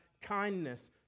kindness